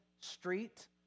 street